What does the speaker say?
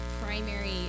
primary